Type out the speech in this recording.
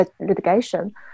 litigation